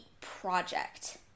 project